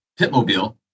pitmobile